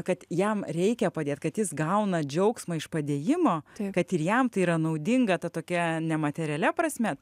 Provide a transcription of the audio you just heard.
kad jam reikia padėt kad jis gauna džiaugsmą iš padėjimo kad ir jam tai yra naudinga ta tokia ne materialia prasme